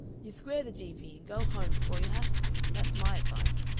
you square the g v, and go home before you have to. that's my advice.